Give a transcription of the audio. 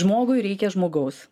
žmogui reikia žmogaus